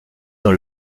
dans